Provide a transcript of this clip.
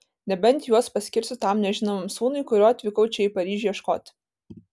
nebent juos paskirsiu tam nežinomam sūnui kurio atvykau čia į paryžių ieškoti